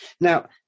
Now